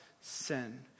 sin